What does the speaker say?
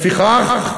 לפיכך,